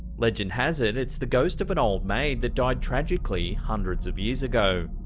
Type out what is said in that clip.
legend has it, it's the ghost of an old maid that died tragically hundreds of years ago.